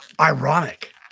Ironic